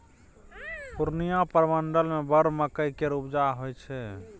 पूर्णियाँ प्रमंडल मे बड़ मकइ केर उपजा होइ छै